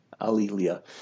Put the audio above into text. Alilia